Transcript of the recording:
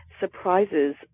surprises